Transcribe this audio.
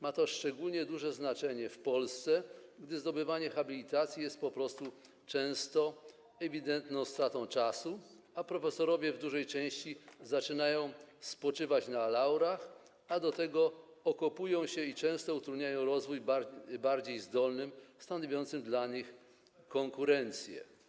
Ma to szczególnie duże znaczenie w Polsce, gdzie zdobywanie habilitacji jest po prostu często ewidentną stratą czasu, a profesorowie w dużej części zaczynają spoczywać na laurach, a do tego okopują się i często utrudniają rozwój bardziej zdolnym, stanowiącym dla nich konkurencję.